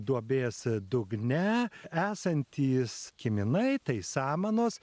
duobės dugne esantys kiminai tai samanos